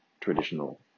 traditional